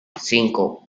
cinco